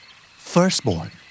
Firstborn